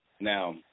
now